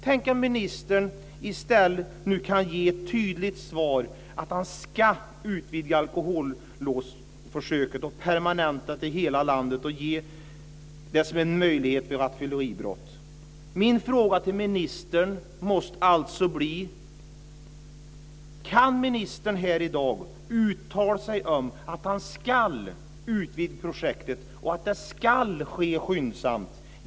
Tänk om ministern i stället nu kan ge ett tydligt svar att han ska utvidga alkolåsförsöket, permanenta det till hela landet och ge det som en möjlighet vid rattfylleribrott. Min fråga till ministern måste alltså bli: Kan ministern här i dag uttala att han ska utvidga projektet och att det ska ske skyndsamt?